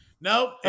Nope